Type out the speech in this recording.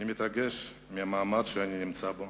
אני מתרגש מהמעמד שאני נמצא בו.